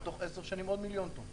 ובתוך עשר שנים עוד מיליון טון.